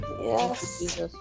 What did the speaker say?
yes